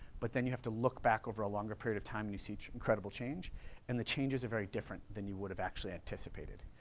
but then you have to look back over a longer period of time and you see incredible change and the changes are very different than you would have actually anticipated.